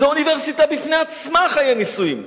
זו אוניברסיטה בפני עצמה, חיי נישואים.